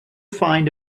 find